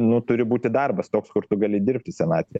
nu turi būti darbas toks kur tu gali dirbti senatvė